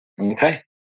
Okay